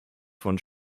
von